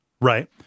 right